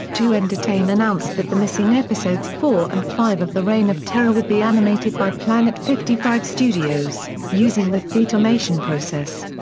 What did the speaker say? two entertain announced that the missing episodes four and five of the reign of terror would be animated by planet fifty five studios, using the thetamation process.